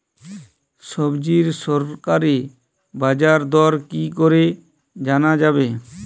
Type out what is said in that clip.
সবজির সরকারি বাজার দর কি করে জানা যাবে?